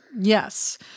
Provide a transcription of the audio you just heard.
Yes